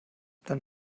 dann